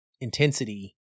intensity